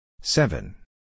Seven